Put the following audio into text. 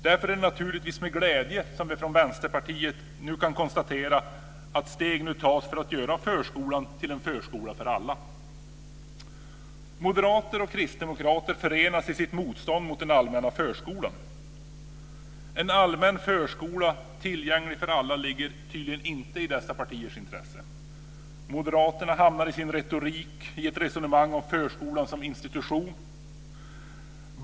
Därför är det naturligtvis med glädje som vi från Vänsterpartiet kan konstatera att steg nu tas för att göra förskolan till en förskola för alla. Moderater och kristdemokrater förenas i sitt motstånd mot den allmänna förskolan. En allmän förskola tillgänglig för alla ligger tydligen inte i dessa partiers intresse. Moderaterna hamnar i sin retorik i ett resonemang om förskolan som institution.